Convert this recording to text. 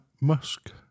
Musk